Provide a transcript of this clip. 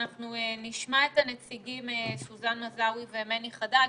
אנחנו נשמע את הנציגים סוזן מזאוי ומני חדד,